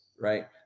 right